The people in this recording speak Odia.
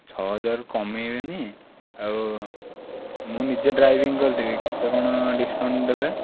ଛଅ ହଜାରରୁ କମେଇବେନି ଆଉ ମୁଁ ନିଜେ ଡ୍ରାଇଭିଂ କରିଦେବି କେତେ କ'ଣ ଡିସକାଉଣ୍ଟ ଦେବେ